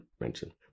mention